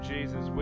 Jesus